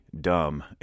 dumb